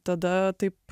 tada taip